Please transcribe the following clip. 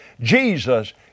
Jesus